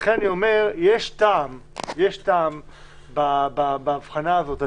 לכן אני אומר, יש טעם בהבחנה הזאת.